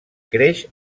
creix